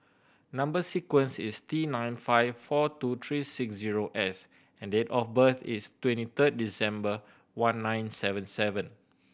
number sequence is T nine five four two three six zero S and date of birth is twenty third December one nine seven seven